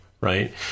Right